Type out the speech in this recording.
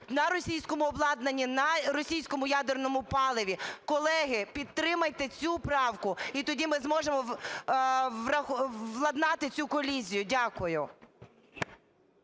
на російському обладнанні, на російському ядерному паливі. Колеги, підтримайте цю правку і тоді ми зможемо владнати цю колізію. Дякую.